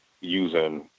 using